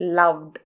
loved